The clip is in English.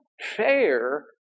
Fair